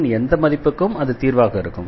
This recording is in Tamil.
C இன் எந்த மதிப்புக்கும் அது தீர்வாக இருக்கும்